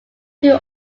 who